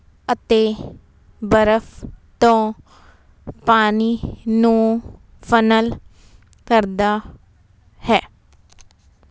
ਅਤੇ ਬਰਫ਼ ਤੋਂ ਪਾਣੀ ਨੂੰ ਫਨਲ ਕਰਦਾ ਹੈ